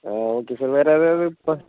ஆ okay sir வேறு ஏதாவது இப்போ